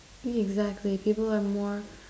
exactly people are more